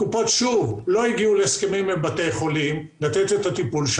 הקופות שוב לא הגיעו להסכמים עם בתי חולים לתת שם את הטיפול,